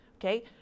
Okay